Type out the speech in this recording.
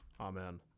Amen